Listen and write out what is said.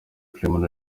clement